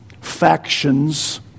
factions